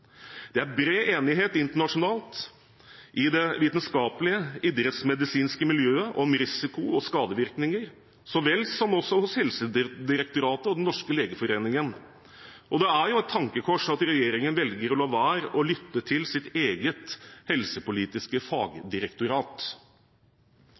Det er bred enighet internasjonalt i det vitenskapelige idrettsmedisinske miljøet om risiko og skadevirkninger – så vel som hos Helsedirektoratet og Den norske legeforening. Det er et tankekors at regjeringen velger å la være å lytte til sitt eget helsepolitiske